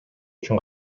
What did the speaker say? үчүн